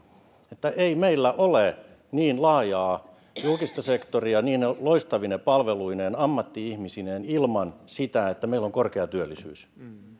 että ei meillä ole niin laajaa julkista sektoria niine loistavine palveluineen ja ammatti ihmisineen ilman sitä että meillä on korkea työllisyys